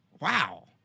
Wow